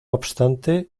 obstante